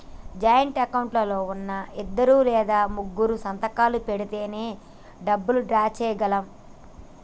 joint account లో ఉన్నా ఇద్దరు లేదా ముగ్గురూ సంతకాలు పెడితేనే డబ్బులు డ్రా చేయగలం